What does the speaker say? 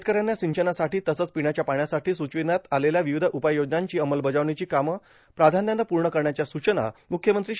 शेतकऱ्यांना सिंचनासाठी तसंच पिण्याच्या पाण्यासाठी सुचविण्यात आलेल्या विविध उपाययोजनांची अंमलबजावणीची कामं प्राधान्यानं पूर्ण करण्याच्या सूचना मुख्यमंत्री श्री